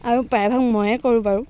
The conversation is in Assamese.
আৰু প্ৰায়ভাগ ময়ে কৰোঁ বাৰু